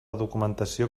documentació